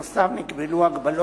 נוסף על כך,